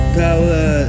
power